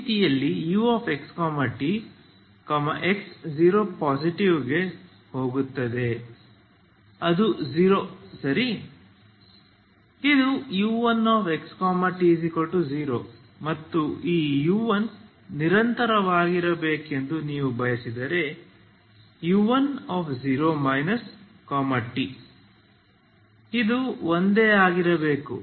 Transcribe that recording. ಈ ಮಿತಿಯಲ್ಲಿ uxt x 0 ಗೆ ಹೋಗುತ್ತದೆ ಅದು 0 ಸರಿ ಇದು u1xt0 ಮತ್ತು ಈ u1 ನಿರಂತರವಾಗಿರಬೇಕೆಂದು ನೀವು ಬಯಸಿದರೆ u10 tಇದು ಒಂದೇ ಆಗಿರಬೇಕು